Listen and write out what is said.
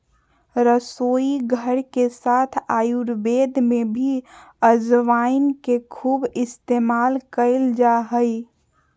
रसोईघर के साथ आयुर्वेद में भी अजवाइन के खूब इस्तेमाल कइल जा हइ